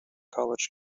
college